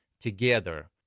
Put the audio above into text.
Together